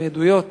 מעדויות